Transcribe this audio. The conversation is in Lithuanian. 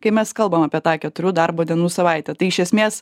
kai mes kalbam apie tą keturių darbo dienų savaitę tai iš esmės